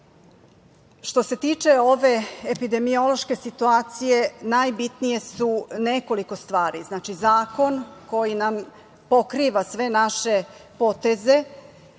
se tiče ove epidemiološke situacije, najbitnije su nekoliko stvari: zakon koji nam pokriva sve naše poteze,